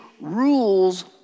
rules